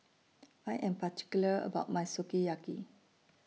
I Am particular about My Sukiyaki